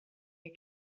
you